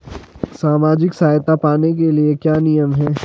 सामाजिक सहायता पाने के लिए क्या नियम हैं?